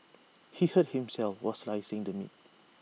he hurt himself while slicing the meat